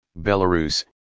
Belarus